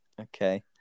Okay